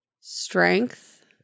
strength